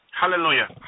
Hallelujah